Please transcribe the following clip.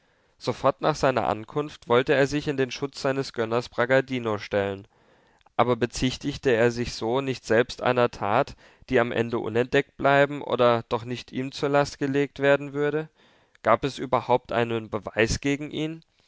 sofort nach seiner ankunft wollte er sich in den schutz seines gönners bragadino stellen aber bezichtigte er sich so nicht selbst einer tat die am ende unentdeckt bleiben oder doch nicht ihm zur last gelegt werden würde gab es überhaupt einen beweis gegen ihn